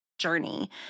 journey